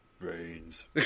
brains